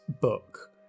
book